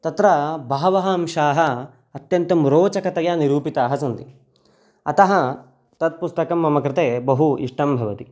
तत्र बहवः अंशाः अत्यन्तं रोचकतया निरूपिताः सन्ति अतः तत् पुस्तकं मम कृते बहु इष्टं भवति